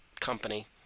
company